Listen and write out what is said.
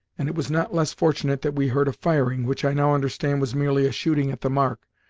and it was not less fortunate that we heard a firing, which i now understand was merely a shooting at the mark,